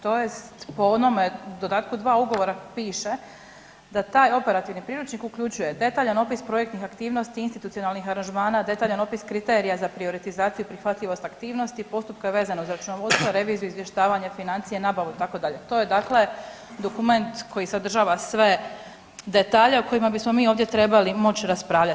tj. po onome dodatku dva ugovora piše da taj operativni priručnik uključuje detaljan opis projektnih aktivnosti institucionalnih aranžmana, detaljan opis kriterija za prioritizaciju prihvatljivost aktivnosti, postupke vezano uz računovodstvo, reviziju, izvještavanje, financije, nabavu itd. to je dakle dokument koji sadržava sve detalje o kojima bismo mi ovdje trebali moći raspravljat.